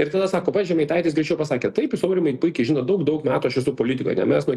ir tada sako va žemaitaitis greičiau pasakė taip jūs aurimai puikiai žinot daug daug metų aš esu politikoj ne mes nuo